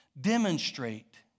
demonstrate